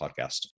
Podcast